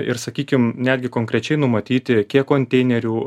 ir sakykim netgi konkrečiai numatyti kiek konteinerių